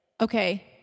okay